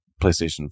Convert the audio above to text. PlayStation